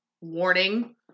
warning